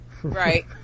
Right